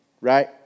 right